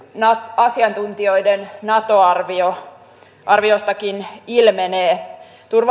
asiantuntijoiden nato arviostakin ilmenee